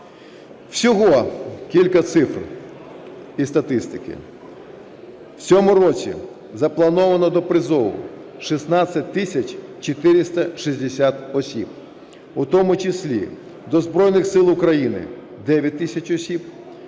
Всього кілька цифр і статистики: в цьому році заплановано до призову 16 тисяч 460 осіб, у тому числі до Збройних Сил України – 9 тисяч осіб,